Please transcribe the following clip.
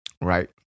Right